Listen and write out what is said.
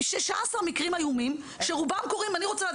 מעניין אותה כמה מ-16 המקרים האיומים האלה קרו